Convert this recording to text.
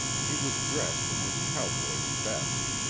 he was dressed in his cowboy's best,